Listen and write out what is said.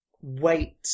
wait